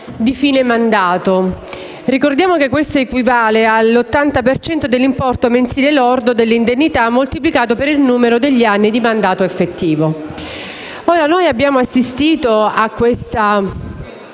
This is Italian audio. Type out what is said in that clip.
di fine mandato. Ricordiamo che questo equivale all'80 per cento dell'importo mensile lordo dell'indennità, moltiplicato per il numero degli anni di mandato effettivo. Noi abbiamo assistito a questa